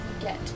get